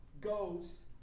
goes